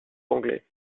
anglais